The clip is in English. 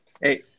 Hey